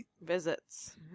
visits